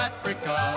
Africa